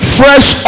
fresh